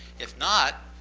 if not,